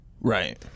Right